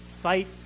fight